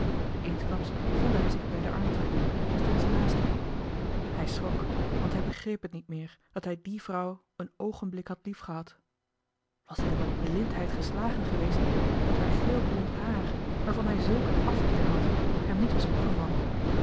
eensklaps voelde hij zich bij den arm trekken en stond zij naast hem hij schrok want hij begreep het niet meer dat hij die vrouw een oogenblik had liefgehad was hij dan met blindheid geslagen geweest dat haar geelblond haar waarvan hij zulk een afkeer had hem niet was opgevallen